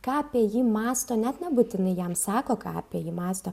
ką apie jį mąsto net nebūtinai jam sako ką apie jį mąsto